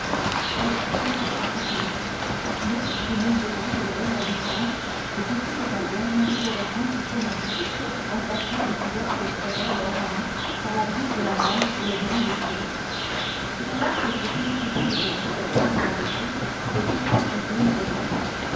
bordée dantès songea à appeler mais il mesura de l'oeil la distance et comprit que sa voix n'arriverait point jusqu'au navire emportée et couverte qu'elle serait auparavant par la brise de la mer et le bruit des flots c'est alors qu'il se félicita de cette précaution qu'il avait prise de s'étendre sur une solive